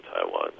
Taiwan